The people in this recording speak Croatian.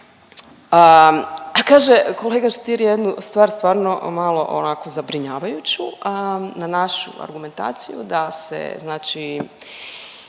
kaže kolega Stier jednu stvar stvarno malo onako zabrinjavajuću, a na našu argumentaciju, da se znači